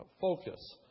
focus